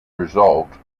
resolved